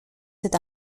cet